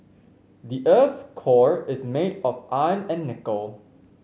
the earth's core is made of iron and nickel